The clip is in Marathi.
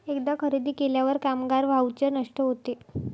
एकदा खरेदी केल्यावर कामगार व्हाउचर नष्ट होते